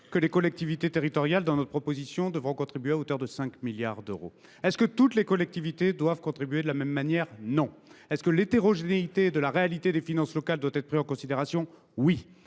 que les collectivités territoriales devront contribuer à hauteur de 5 milliards d’euros. Est ce que toutes les collectivités doivent contribuer de la même manière ? Non ! Est ce que l’hétérogénéité de la réalité des finances locales doit être prise en considération ? Oui